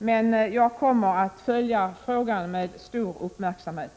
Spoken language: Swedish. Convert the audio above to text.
Men jag kommer att följa frågan med stor uppmärksamhet.